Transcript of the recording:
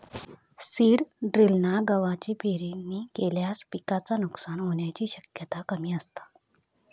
seed ड्रिलना गवाची पेरणी केल्यास पिकाचा नुकसान होण्याची शक्यता कमी असता